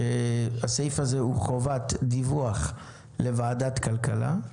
הסעיף הזה הוא חובת דיווח לוועדת כלכלה.